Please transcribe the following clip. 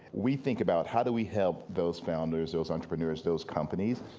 we think about, how do we help those founders, those entrepreneurs, those companies.